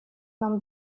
нам